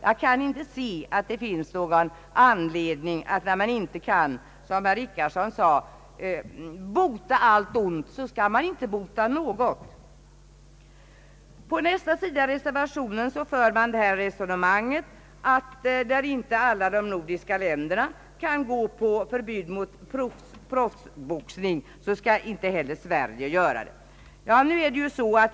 Jag kan inte se att det finns någon anledning, när man inte kan bota allt ont, som herr Richardson sade, att inte bota något. På nästa sida i reservationen för man resonemanget att när inte alla de nordiska länderna kan besluta om förbud mot proffsboxning så skall inte heller Sverige göra det.